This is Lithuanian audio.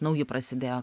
nauji prasidėjo